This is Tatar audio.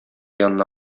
янына